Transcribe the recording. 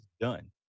done